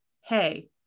hey